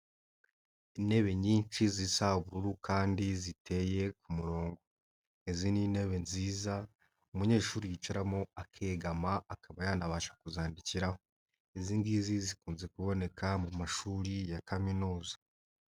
Intebe nyinshi zisa ubururu kandi ziteye ku murongo. Izi ni intebe nziza umunyeshuri yicaramo akegama akaba yanabasha kuzandikiraho. Izi ngizi zikunze kuboneka mu mashuri ya kaminuza.